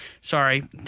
Sorry